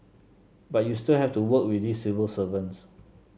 but you still have to work with these civil servants